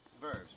Verbs